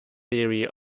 theory